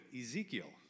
Ezekiel